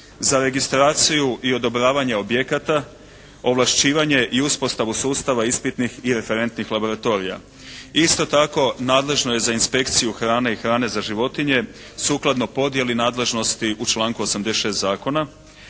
za registraciju i odobravanje objekata, ovlašćivanje i uspostavu sustava ispitnih i referentnih laboratorija. Isto tako, nadležno je za inspekciju hrane i hrane za životinje sukladno podjeli nadležnosti u članku 86. zakona.